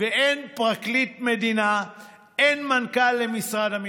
אין מנכ"ל למשרד האוצר ואין פרקליט מדינה,